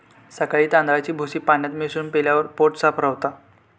सकाळी तांदळाची भूसी पाण्यात मिसळून पिल्यावर पोट साफ रवता